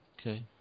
Okay